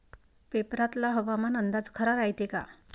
पेपरातला हवामान अंदाज खरा रायते का?